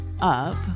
up